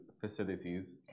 facilities